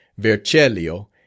Vercellio